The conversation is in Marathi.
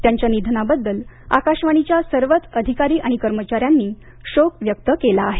त्यांच्या निधनाबद्दल आकाशवाणीच्या सर्वच अधिकारी आणि कर्मचाऱ्यांनी शोक व्यक्त केला आहे